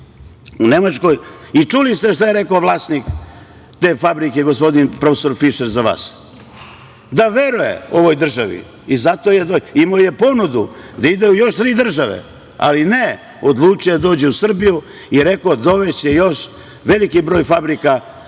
u Nemačkoj i čuli ste šta je rekao vlasnik te fabrike, profesor Fišer, za vas – da veruje ovoj državi. Imao je ponudu da ide u još tri države, ali ne, odlučio je da dođe u Srbiju i rekao da će dovesti veliki broj fabrika